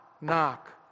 knock